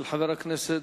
של חבר הכנסת